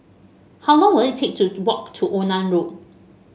how long will it take to walk to Onan Road